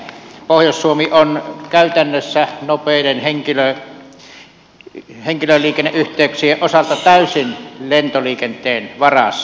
pohjois suomi on käytännössä nopeiden henkilöliikenneyhteyksien osalta täysin lentoliikenteen varassa